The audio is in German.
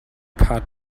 paar